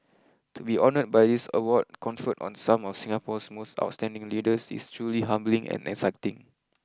to be honoured by this award conferred on some of Singapore's most outstanding leaders is truly humbling and exciting